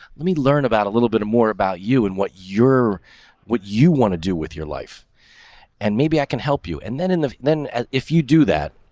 let me learn about a little bit more about you and what you're what you want to do with your life and maybe i can help you. and then and then if you do that,